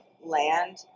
land